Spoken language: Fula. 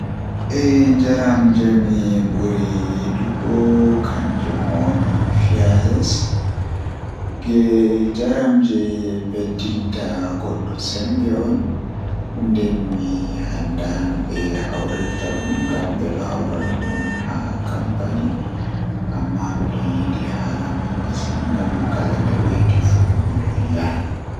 Eh njaram jei mi ɓuri yiɗugo Miɗo yiɗi jeyɗi ndewbo ceedu sabu o waɗi seŋndi ngam no feewi. Ndewbo ceedu ɗum waɗtude ko haɗtude ceedu, waɗtude ndiyam woni taƴre, kadi tonndude ceedu ngal. O waɗi soseede ngam njamɗe ngal.